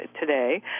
today